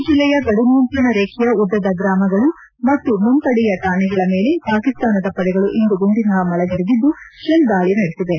ರಜೌರಿ ಜಿಲ್ಲೆಯ ಗಡಿ ನಿಯಂತ್ರಣ ರೇಬೆಯ ಉದ್ಲದ ಗ್ರಾಮಗಳು ಮತ್ತು ಮುಂಪಡೆಯ ಠಾಣೆಗಳ ಮೇಲೆ ಪಾಕಿಸ್ತಾನದ ಪಡೆಗಳು ಇಂದು ಗುಂಡಿನ ಮಳೆಗರೆದಿದ್ದು ತೆಲ್ ದಾಳಿ ನಡೆಸಿವೆ